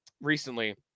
recently